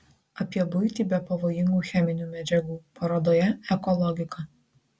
apie buitį be pavojingų cheminių medžiagų parodoje eko logika